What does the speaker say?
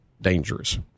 dangerous